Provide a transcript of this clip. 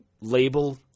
label